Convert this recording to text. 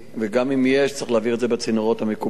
וגם אם יש צריך להעביר את זה בצינורות המקובלים,